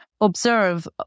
observe